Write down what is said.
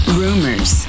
rumors